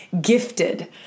gifted